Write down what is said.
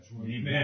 Amen